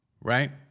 Right